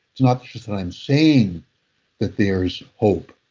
it's not just that i'm saying that there is hope.